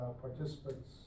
participants